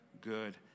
good